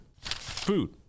Food